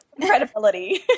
Credibility